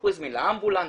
הוא הזמין לה אמבולנס,